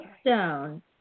stone